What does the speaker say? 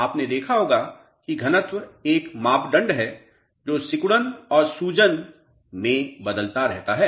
आपने देखा होगा कि घनत्व एक मापदण्ड है जो सिकुड़न और सूजन में बदलता रहता है